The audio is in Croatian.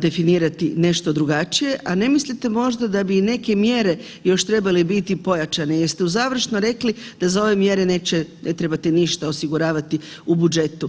definirati nešto drugačije, a ne mislite možda da bi i neke mjere još trebale biti pojačane jer ste u završno rekli da za ove mjere neće, ne trebate ništa osiguravati u budžetu.